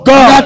God